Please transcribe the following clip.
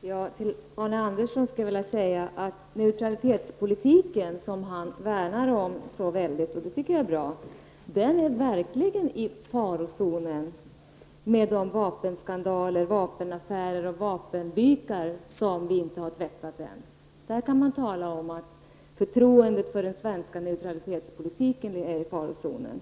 Fru talman! Till Arne Andersson i Ljung skulle jag vilja säga att neutralitetspolitiken som han värnar så mycket om -- och det tycker jag är bra -- verkligen är i farozonen med de vapenskandaler, vapenaffärer och vapenbykar som vi inte har tvättat än. Där kan man tala om att förtroendet för den svenska neutralitetspolitiken är i farozonen.